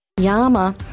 Yama